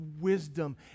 wisdom